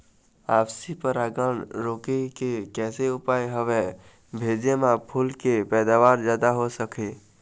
आपसी परागण रोके के कैसे उपाय हवे भेजे मा फूल के पैदावार जादा हों सके?